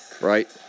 Right